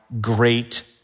great